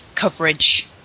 coverage